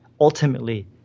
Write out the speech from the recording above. ultimately